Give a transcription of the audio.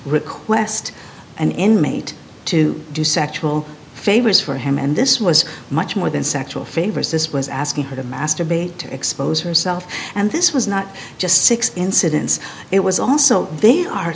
request an inmate to do sexual favors for him and this was much more than sexual favors this was asking her to masturbate to expose herself and this was not just six incidents it was also they are